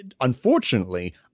unfortunately